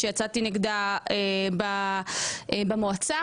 בטח ובטח לא היה צריך לדון בזה עכשיו.